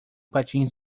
patins